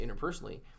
interpersonally